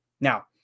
Now